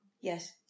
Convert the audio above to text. Yes